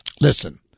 Listen